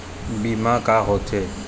बीमा का होते?